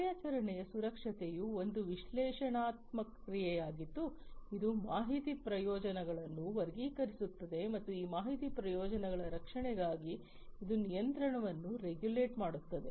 ಕಾರ್ಯಾಚರಣೆಯ ಸುರಕ್ಷತೆಯು ಒಂದು ವಿಶ್ಲೇಷಣಾತ್ಮಕ ಕ್ರಿಯೆಯಾಗಿದ್ದು ಇದು ಮಾಹಿತಿ ಪ್ರಯೋಜನಗಳನ್ನು ವರ್ಗೀಕರಿಸುತ್ತದೆ ಮತ್ತು ಈ ಮಾಹಿತಿ ಪ್ರಯೋಜನಗಳ ರಕ್ಷಣೆಗಾಗಿ ಇದು ಕಂಟ್ರೋಲನ್ನು ರೆಗ್ಯುಲೇಟ್ ಮಾಡುತ್ತದೆ